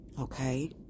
okay